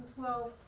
well